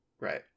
right